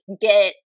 get